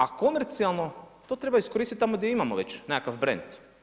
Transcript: A komercijalno to treba iskoristiti tamo gdje imamo već nekakav brand.